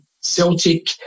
Celtic